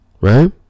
right